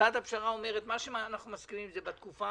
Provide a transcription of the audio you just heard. הצעת הפשרה אומרת שמה שאנחנו מסכימים זה התקופה,